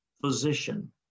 physician